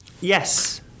Yes